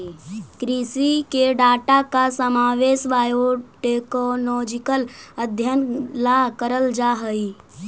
कृषि के डाटा का समावेश बायोटेक्नोलॉजिकल अध्ययन ला करल जा हई